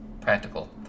practical